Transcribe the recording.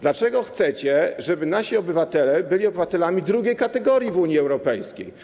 Dlaczego chcecie, żeby nasi obywatele byli obywatelami drugiej kategorii w Unii Europejskiej?